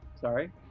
Sorry